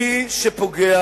מי שפוגע,